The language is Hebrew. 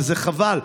וזה חבל,